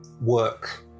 work